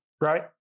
right